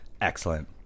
Excellent